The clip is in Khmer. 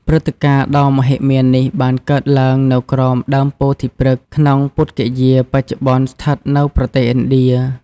ព្រឹត្តិការណ៍ដ៏មហិមានេះបានកើតឡើងនៅក្រោមដើមពោធិព្រឹក្សក្នុង ពុទ្ធគយា បច្ចុប្បន្នស្ថិតនៅប្រទេសឥណ្ឌា។